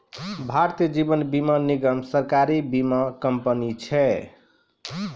भारतीय जीवन बीमा निगम, सरकारी बीमा कंपनी छै